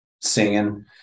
singing